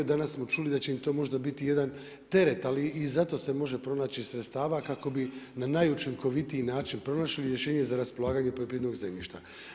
Danas smo čuli da će im to možda biti jedan teret, ali i zato se može pronaći sredstava, kako bi na najučinkovitiji način pronašli rješenje, za raspolaganje poljoprivrednog zemljišta.